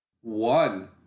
One